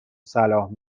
صلاح